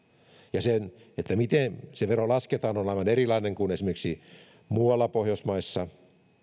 ja se miten se vero lasketaan on aivan erilaista kuin esimerkiksi muualla pohjoismaissa